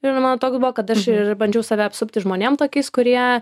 ir man toks buvo kad aš ir bandžiau save apsupti žmonėm tokiais kurie